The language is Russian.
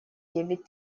девять